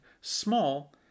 small